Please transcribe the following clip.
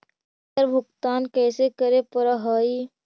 एकड़ भुगतान कैसे करे पड़हई?